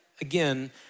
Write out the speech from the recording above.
Again